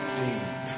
deep